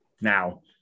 now